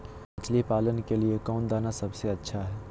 मछली पालन के लिए कौन दाना सबसे अच्छा है?